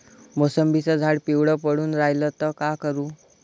मोसंबीचं झाड पिवळं पडून रायलं त का करू?